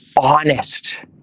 honest